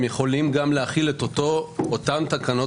הם יכולים גם להחיל את אותן תקנות,